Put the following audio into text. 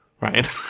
Right